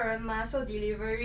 mm 我觉得